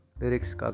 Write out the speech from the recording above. lyrics